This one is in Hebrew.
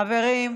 חברים.